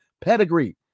pedigree